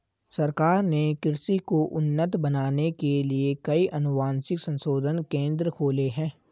सरकार ने कृषि को उन्नत बनाने के लिए कई अनुवांशिक संशोधन केंद्र खोले हैं